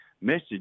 message